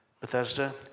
Bethesda